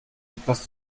etwas